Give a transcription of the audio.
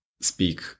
speak